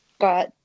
got